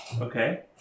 Okay